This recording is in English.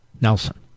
Nelson